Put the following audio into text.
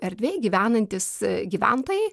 erdvėj gyvenantys gyventojai